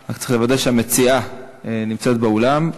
רק צריך לוודא שהמציעה נמצאת באולם.